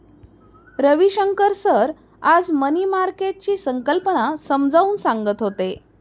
Ravishankar sir आज money मार्केटची संकल्पना समजावून सांगत होते